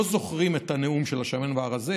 שלא זוכרים את הנאום של השמן והרזה,